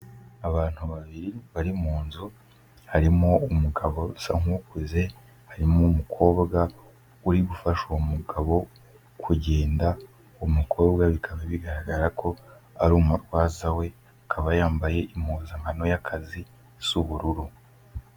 Abantu babiri bari mu nzu, harimo umugabo usa nk'ukuze, harimo umukobwa uri gufasha uwo mugabo kugenda, umukobwa bikaba bigaragara ko ari umurwaza we, akaba yambaye impuzankano y'akazi isa ubururu.